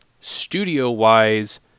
studio-wise